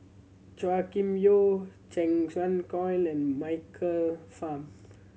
Chua Kim Yeow Cheng Xin Colin and Michael Fam